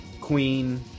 Queen